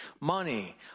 money